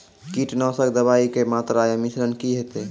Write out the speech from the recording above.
कीटनासक दवाई के मात्रा या मिश्रण की हेते?